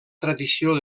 tradició